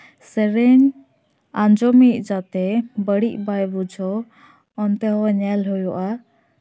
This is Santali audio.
ᱥᱮᱨᱮᱧ ᱟᱸᱡᱚᱢᱤᱡ ᱡᱟᱛᱮ ᱵᱟᱹᱲᱤᱡᱽ ᱵᱟᱭ ᱵᱩᱡᱷᱟᱹᱣ ᱚᱱᱛᱮ ᱦᱚᱸ ᱧᱮᱞ ᱦᱩᱭᱩᱜᱼᱟ